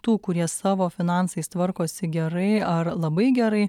tų kurie savo finansais tvarkosi gerai ar labai gerai